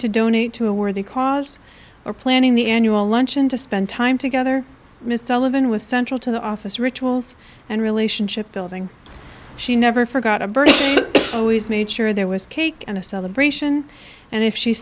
to donate to a worthy cause or planning the annual luncheon to spend time together ms delavan was central to the office rituals and relationship building she never forgot a bird always made sure there was cake and a celebration and if she